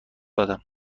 دادم